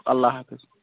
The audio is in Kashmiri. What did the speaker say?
اَللّٰہ حافِظ